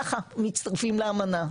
ככה מצטרפים לאמנה,